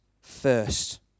first